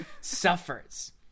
suffers